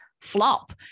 flop